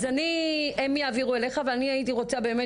אז הן יעבירו אליך ואני הייתי רוצה באמת